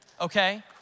okay